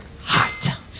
hot